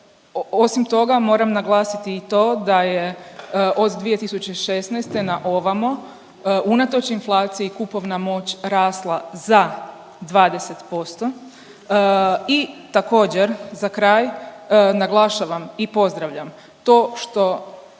osim toga, moram naglasiti i to da je od 2016. naovamo unatoč inflaciji kupovna moć rasla za 20% i također, za kraj, naglašavam i pozdravljam to što